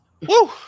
Woo